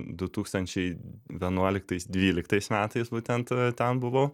du tūkstančiai vienuoliktais dvyliktais metais būtent ten buvau